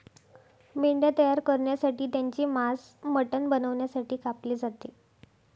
मेंढ्या तयार करण्यासाठी त्यांचे मांस मटण बनवण्यासाठी कापले जाते